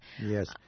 yes